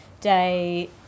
day